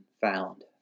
found